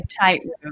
tightrope